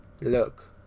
look